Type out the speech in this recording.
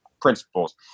principles